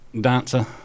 Dancer